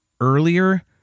earlier